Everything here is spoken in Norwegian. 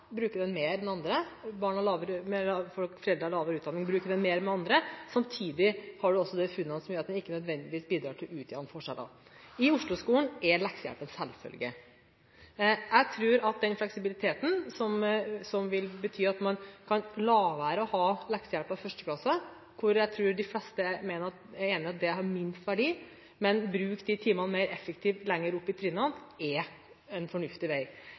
den mer enn andre, barn av foreldre med lav utdanning bruker den mer enn andre, og samtidig har du også de funnene som sier at den ikke nødvendigvis bidrar til å utjevne forskjeller. I Osloskolen er leksehjelp en selvfølge. Jeg tror at den fleksibiliteten som vil bety at man kan la være å ha leksehjelp i 1. klasse – hvor jeg tror de fleste er enig i at det har minst verdi – men bruke de timene mer effektivt lenger opp i trinnene, er en fornuftig vei.